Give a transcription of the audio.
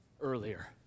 earlier